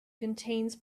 contains